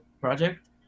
project